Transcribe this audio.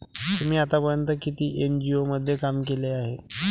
तुम्ही आतापर्यंत किती एन.जी.ओ मध्ये काम केले आहे?